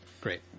Great